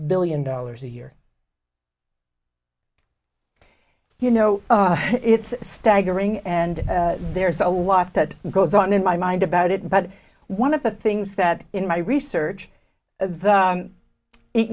billion dollars a year you know it's staggering and there's a lot that goes on in my mind about it but one of the things that in my research